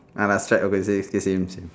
ah lah stripe opposite still same same